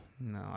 No